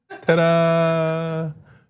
ta-da